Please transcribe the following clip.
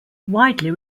widely